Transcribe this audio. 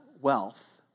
wealth